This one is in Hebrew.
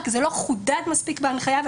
אבל זה לא חודד מספיק בהנחיה,